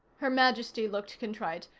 her majesty looked contrite.